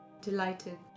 delighted